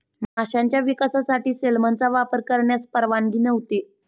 माशांच्या विकासासाठी सेलमनचा वापर करण्यास परवानगी नव्हती